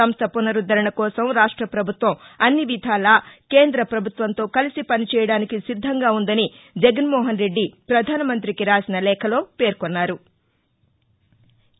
సంస్ట పునరుద్దరణ కోసం రాష్ట ప్రభుత్వం అన్ని విధాలా కేంద్ర ప్రభుత్వంతో కలిసి పనిచేయడానికి సిద్దంగా ఉందని జగన్మోహన్ రెడ్డి ప్రధానమంత్రికి రాసిన లేఖలో పేర్కొన్నారు